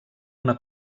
una